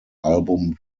album